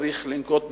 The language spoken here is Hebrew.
צריך לנקוט צעדים.